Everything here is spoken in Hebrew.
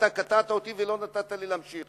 אתה קטעתי אותי ולא נתת לי להמשיך.